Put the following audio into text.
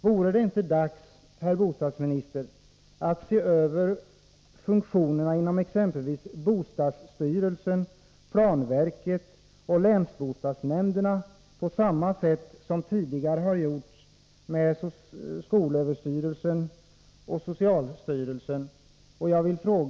Vore det inte dags, herr bostadsminister, att se över funktionerna inom exempelvis bostadsstyrelsen, planverket och länsbostadsnämnderna på samma sätt som tidigare har gjorts inom skolöverstyrelsen och socialstyrelsen?